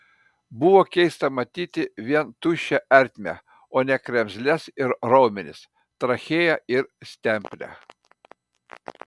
buvo keista matyti vien tuščią ertmę o ne kremzles ir raumenis trachėją ir stemplę